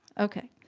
okay.